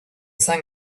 sang